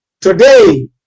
today